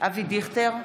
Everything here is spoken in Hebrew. אבי דיכטר,